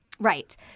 Right